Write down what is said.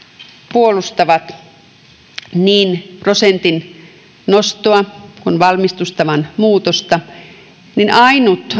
puolustavat niin prosentin nostoa kuin valmistustavan muutosta niin ainut